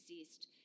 exist